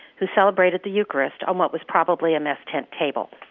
who celebrated the eucharist on what was probably a mess tent table.